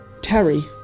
...Terry